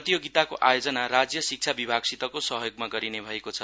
प्रतियोगिताको आयोजना राज्य शिक्षा विभागसितको सहयोगमा गरिने भएको छ